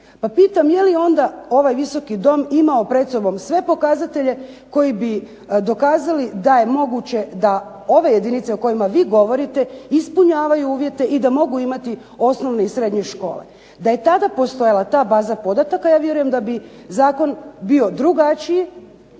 pitam je li onda ovaj Visoki dom imao pred sobom sve pokazatelje koji bi dokazali da je moguće da ove jedinice o kojima vi govorite ispunjavaju uvjete i da mogu imati osnovne i srednje škole? Da je tada postojala ta baza podataka ja vjerujem da bi zakon bio drugačiji,